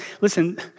Listen